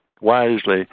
wisely